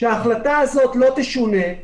שההחלטה הזאת לא תשונה.